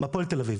הפועל תל אביב.